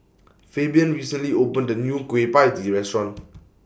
Fabian recently opened A New Kueh PIE Tee Restaurant